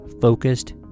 focused